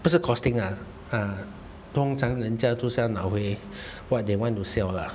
不是 costing ah ah 通常人家都是要拿回 what they want to sell lah